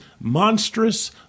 Monstrous